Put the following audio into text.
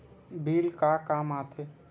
Bill का काम आ थे?